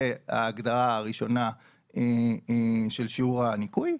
זה ההגדרה ראשונה של שיעור הניכוי,